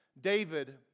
David